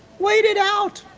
wait it out.